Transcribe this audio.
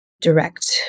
direct